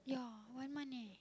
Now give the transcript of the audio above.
yeah one month eh